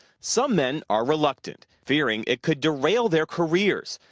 some men are reluctant. fearing it could derail their careers.